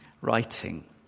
writing